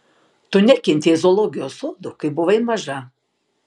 tu nekentei zoologijos sodų kai buvai maža